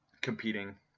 competing